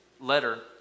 letter